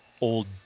old